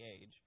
age